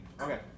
Okay